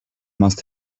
must